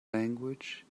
language